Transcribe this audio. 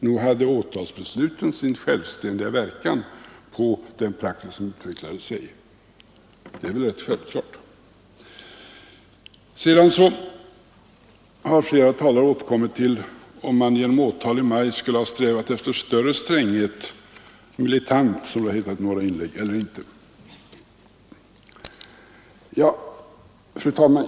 Nog hade åtalsbesluten sin självständiga verkan på den praxis som utvecklade sig, det är väl rätt självklart. Flera talare har återkommit till frågan om man genom åtal i maj skulle ha strävat efter större stränghet — vari militant, som det hette i en del inlägg — eller inte.